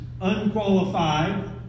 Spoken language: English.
unqualified